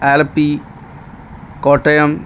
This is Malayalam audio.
ആലപ്പി കോട്ടയം